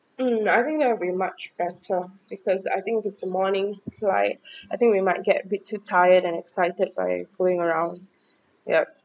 mm I think that will be much better because I think if it's morning flight I think we might get bit too tired and excited by going around yup